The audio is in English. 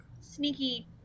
sneaky